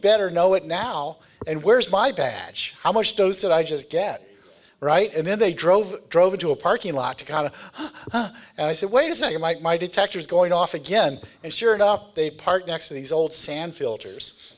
better know it now and where's my badge how much those did i just get right and then they drove drove into a parking lot to kind of and i said wait a second mike my detector is going off again and sure enough they parked next to these old sand filters